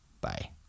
Bye